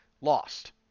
lost